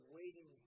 waiting